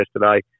yesterday